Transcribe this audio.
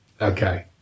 Okay